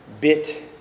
bit